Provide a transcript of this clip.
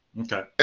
Okay